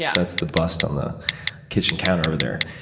yeah that's the bust on the kitchen counter over there.